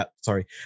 sorry